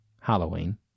Halloween